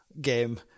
game